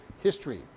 history